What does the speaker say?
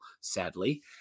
sadly